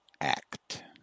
Act